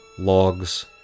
Logs